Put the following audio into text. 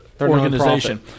organization